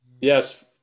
Yes